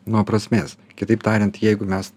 nuo prasmės kitaip tariant jeigu mes